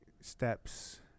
steps